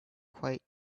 quite